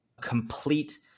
complete